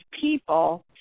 people